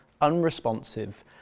unresponsive